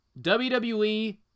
WWE